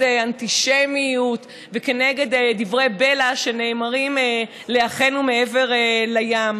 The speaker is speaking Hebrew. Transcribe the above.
אנטישמיות ונגד דברי בלע שנאמרים לאחינו מעבר לים.